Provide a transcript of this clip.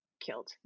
...killed